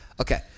Okay